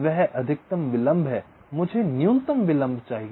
वह अधिकतम विलंब है मुझे न्यूनतम विलंब चाहिए